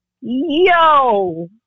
Yo